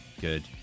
Good